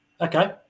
Okay